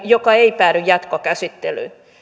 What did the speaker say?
joka ei päädy jatkokäsittelyyn